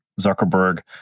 Zuckerberg